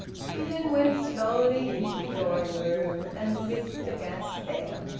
he then went slowly into the drawing-room and lit the gas there.